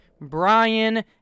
brian